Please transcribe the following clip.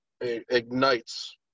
ignites